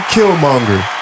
Killmonger